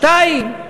שתיים?